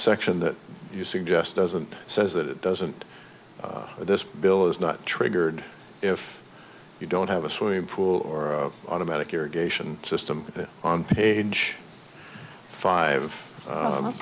section that you suggest doesn't says that it doesn't this bill is not triggered if you don't have a soya pool or automatic irrigation system on page five